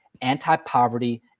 Anti-poverty